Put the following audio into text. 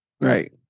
Right